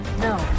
No